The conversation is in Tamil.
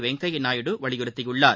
வெங்கய்யா நாயுடு வலியுறுத்தியுள்ளார்